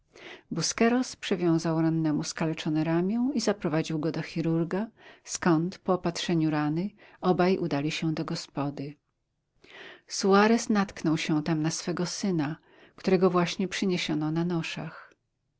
się busqueros przewiązał rannemu skaleczone ramię i zaprowadził go do chirurga skąd po opatrzeniu rany obaj udali się do gospody suarez natknął się tam na swego syna którego właśnie przyniesiono na